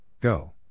Go